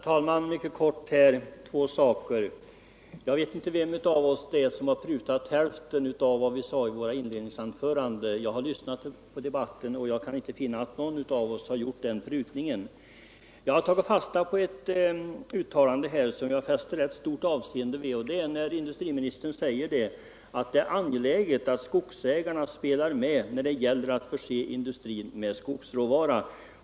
Herr talman! Jag vet inte vem av oss som har prutat hälften av vad han sade i sitt inledningsanförande — jag har lyssnat på debatten, och jag kan inte finna att någon av oss har gjort den prutningen. Jag har tagit fasta på ett uttalande som jag fäster rätt stort avseende vid. Industriministern säger att det är angeläget att skogsägarna spelar med när det gäller att förse industrin med skogsråvara.